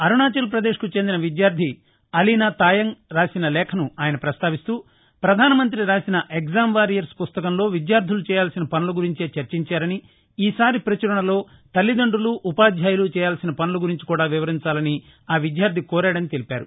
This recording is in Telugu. అరుణాచల్ ప్రదేశ్ కు చెందిన విద్యార్థి అలీనా తాయంగ్ రాసిన లేఖను ఆయన ప్రస్తావిస్తూ ప్రధానమంతి రాసిన ఎగ్జామ్ వారియర్స్ పుస్తకంలో విద్యార్థలు చేయాల్సిన పనుల గురించే చర్చించారని ఈ సారి పచురణలో తల్లిదండులు ఉపాధ్యాయులు చేయాల్సిన పనుల గురించి కూడా వివరించాలని ఆ విద్యార్ది కోరాడని తెలిపారు